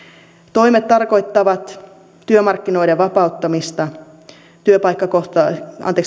toimet tarkoittavat työmarkkinoiden vapauttamista työpaikkakohtaista